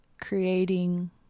creating